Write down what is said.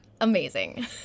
amazing